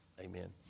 Amen